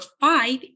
five